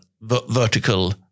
vertical